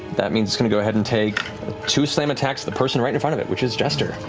that means it's going to go ahead and take two slam attacks to the person right in front of it, which is jester.